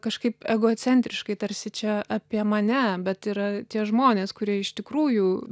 kažkaip egocentriškai tarsi čia apie mane bet yra tie žmonės kurie iš tikrųjų